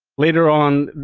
later on,